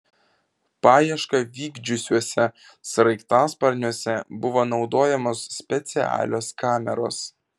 paiešką vykdžiusiuose sraigtasparniuose buvo naudojamos specialios kameros